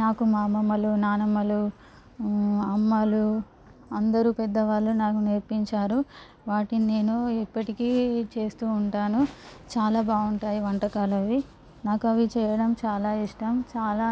నాకు మా అమ్మమ్మలు నానమ్మలు అమ్మలు అందరూ పెద్దవాళ్ళు నాకు నేర్పించారు వాటిని నేను ఎప్పటికీ చేస్తూ ఉంటాను చాలా బాగుంటాయి వంటకాలవి మాకవి చేయటం చాలా ఇష్టం చాలా